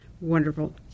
Wonderful